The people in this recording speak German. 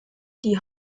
die